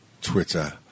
Twitter